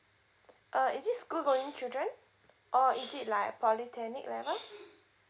uh is this school going children or is it like polytechnic level